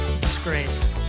Disgrace